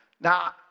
Now